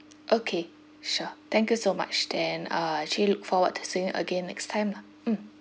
okay sure thank you so much then uh actually look forward to seeing you again next time lah mm